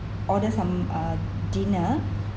order some uh dinner